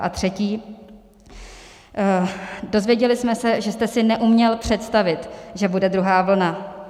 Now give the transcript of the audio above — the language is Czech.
A třetí: Dozvěděli jsme se, že jste si neuměl představit, že bude druhá vlna.